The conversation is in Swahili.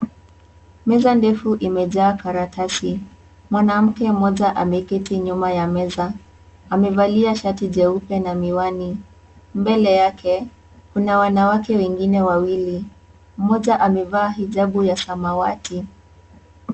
Meza ndefu imejaa karatasi. Mwanamke mmoja ameketi nyuma ya meza amevalia shati jeupe na miwani mbele yake kuna wanawake wengine wawili, mmoja amevaa hijabu ya samawati.